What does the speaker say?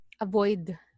avoid